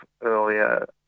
earlier